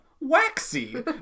Waxy